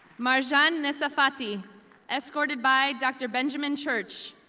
marcen desapappi, escorted by dr. benjamin church,